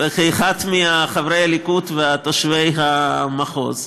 ואחד מחברי הליכוד ותושבי המחוז.